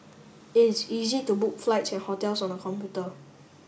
it is easy to book flights and hotels on the computer